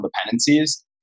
dependencies